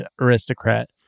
aristocrat